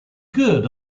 good